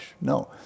No